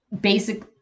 Basic